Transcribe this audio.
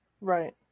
right